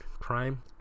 crime